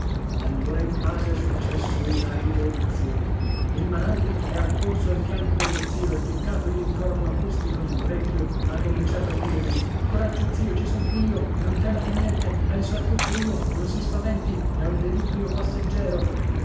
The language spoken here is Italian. allora in casa è successo una rivoluzione il maralli è accorso al fianco dello zio e ficcatogli il corno acustico nell'orecchio ha cominciato a dirgli coraggio zio ci son qui io non tema di niente penso a tutto io non si spaventi è un deliquio passeggero